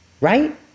Right